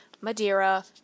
Madeira